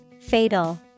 Fatal